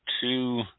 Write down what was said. two